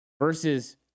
versus